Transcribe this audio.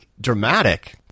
Dramatic